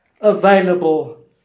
available